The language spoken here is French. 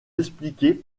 expliquer